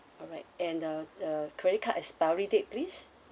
alright and uh the credit card expiry date please